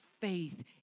faith